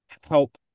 help